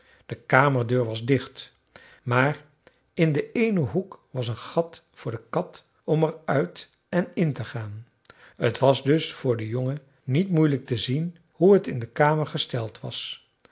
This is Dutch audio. de kamerdeur was dicht maar in den eenen hoek was een gat voor de kat om er uit en in te gaan t was dus voor den jongen niet moeilijk te zien hoe het in de kamer gesteld was